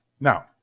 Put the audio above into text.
Now